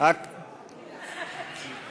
והבנייה (תיקון,